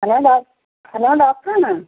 hello hello ഡോക്ടറാണോ